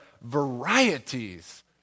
varieties